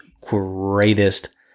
greatest